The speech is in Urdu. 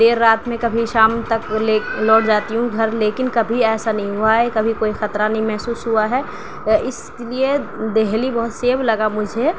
دیر رات میں کبھی شام تک لیٹ لوٹ جاتی ہوں گھر لیکن کبھی ایسا نہیں ہوا ہے کبھی کوئی خطرہ نہیں محسوس ہوا ہے اس لیے دہلی بہت سیف لگا مجھے